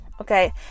Okay